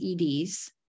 eds